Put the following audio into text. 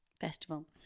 Festival